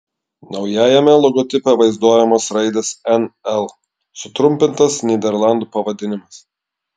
naujajame logotipe vaizduojamos raidės nl sutrumpintas nyderlandų pavadinimas